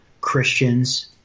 Christians